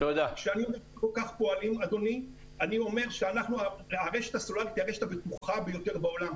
אני אומר שהרשת הסלולרית היא הרשת הבטוחה ביותר בעולם,